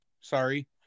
Sorry